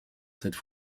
cette